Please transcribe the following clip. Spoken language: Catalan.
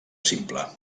simple